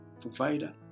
provider